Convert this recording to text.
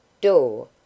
Door